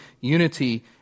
unity